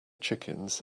chickens